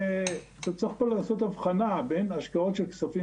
צריך פה לעשות הבחנה בין השקעות של כספים